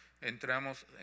entramos